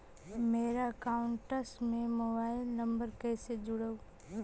मेरा अकाउंटस में mobile number कैसे जुड़उ?